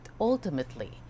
ultimately